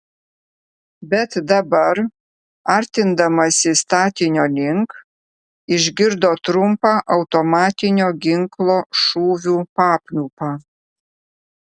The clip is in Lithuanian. bet dabar artindamasi statinio link išgirdo trumpą automatinio ginklo šūvių papliūpą